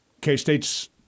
K-State's